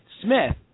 Smith